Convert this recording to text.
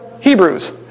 Hebrews